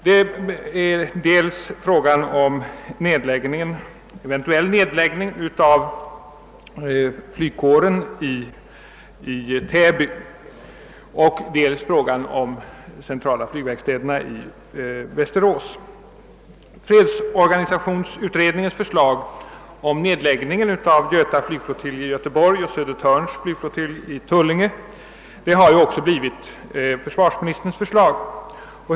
Det är dels frågan om eventuell nedläggning av flygkåren i Täby, dels frågan om den centrala flygverkstaden i Västerås. Fredsorganisationsutredningens förslag om nedläggning av Göta flygflottilj i Göteborg och Södertörns flygflottilj i Tullinge har ju också blivit försvarsministerns förslag.